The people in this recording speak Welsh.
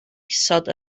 isod